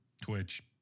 twitch